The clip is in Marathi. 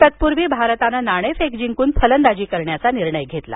तत्पूर्वी भारतानं नाणेफेक जिंकून फलंदाजी करण्याचा निर्णय घेतला